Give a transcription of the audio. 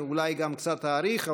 אולי אני גם אאריך קצת,